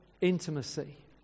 intimacy